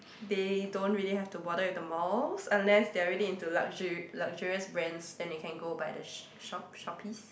they don't really have to bother with the malls unless they're really into luxur~ luxurious brands then they can go by the sh~ shop shoppes